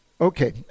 Okay